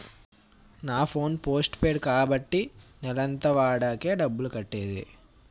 నా phone postpaid కాబట్టి నెలంతా వాడాకే డబ్బులు కట్టేది